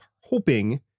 hoping